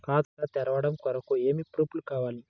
ఖాతా తెరవడం కొరకు ఏమి ప్రూఫ్లు కావాలి?